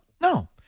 no